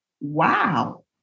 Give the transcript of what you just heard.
wow